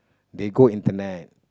they go internet